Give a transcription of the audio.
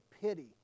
pity